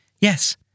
Yes